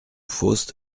faust